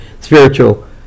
Spiritual